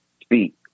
speak